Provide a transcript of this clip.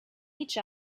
each